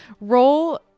roll